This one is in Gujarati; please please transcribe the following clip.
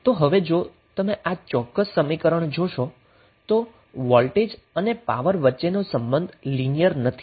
તો હવે જો તમે આ ચોક્કસ સમીકરણ જોશો તો વોલ્ટેજ અને પાવર વચ્ચેનો સંબંધ લિનિયર નથી